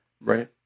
Right